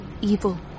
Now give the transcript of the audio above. evil